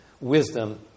wisdom